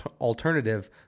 alternative